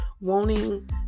wanting